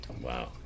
Wow